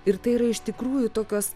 ir tai yra iš tikrųjų tokios